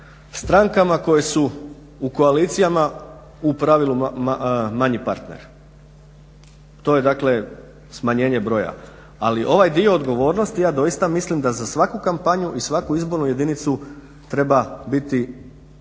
strankama koje su u koalicijama u pravilu manji partner. To je dakle smanjenje broja. Ali ovaj dio odgovornosti ja doista mislim da za svaku kampanju i za svaku izbornu jedinicu treba biti